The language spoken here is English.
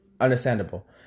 Understandable